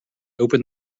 open